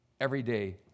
everyday